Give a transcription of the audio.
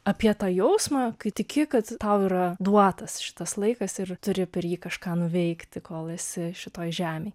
apie tą jausmą kai tiki kad tau yra duotas šitas laikas ir turi per jį kažką nuveikti kol esi šitoj žemėj